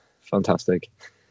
fantastic